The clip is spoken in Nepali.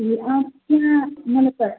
ए अँ त्यहाँ मलाई त